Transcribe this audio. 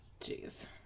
Jeez